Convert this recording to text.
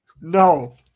No